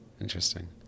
Interesting